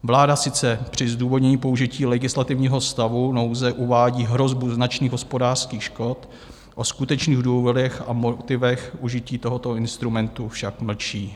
Vláda sice při zdůvodnění použití legislativního stavu nouze uvádí hrozbu značných hospodářských škod, o skutečných důvodech a motivech užití tohoto instrumentu však mlčí.